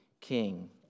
king